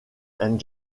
and